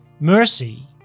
mercy